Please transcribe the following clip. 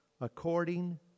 according